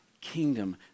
kingdom